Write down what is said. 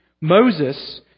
Moses